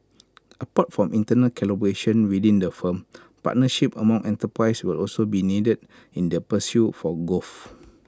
apart from internal collaboration within the firm partnerships among enterprises will also be needed in their pursuit for growth